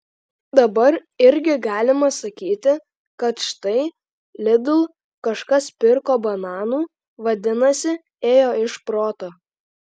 dabar irgi galima sakyti kad štai lidl kažkas pirko bananų vadinasi ėjo iš proto